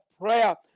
prayer